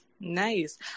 Nice